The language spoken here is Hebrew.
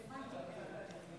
סמנטיקה.